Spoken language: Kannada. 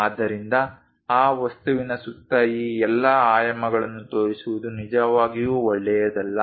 ಆದ್ದರಿಂದ ಆ ವಸ್ತುವಿನ ಸುತ್ತ ಈ ಎಲ್ಲಾ ಆಯಾಮಗಳನ್ನು ತೋರಿಸುವುದು ನಿಜವಾಗಿಯೂ ಒಳ್ಳೆಯದಲ್ಲ